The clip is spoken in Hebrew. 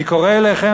אני קורא אליכם,